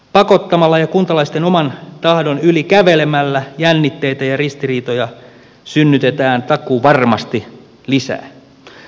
pakottamalla ja kuntalaisten oman tahdon yli kävelemällä jännitteitä ja ristiriitoja synnytetään takuuvarmasti lisää